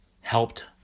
helped